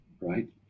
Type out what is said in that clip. right